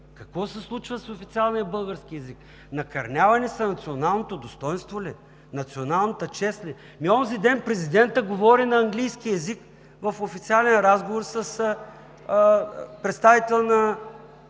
Какво се случва с официалния български език? Накърнява се националното достойнство ли? Националната чест ли? Ами онзи ден президентът говори на английски език в официален разговор с представител на